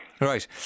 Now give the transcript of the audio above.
Right